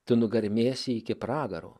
tu nugarmėsi iki pragaro